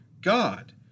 God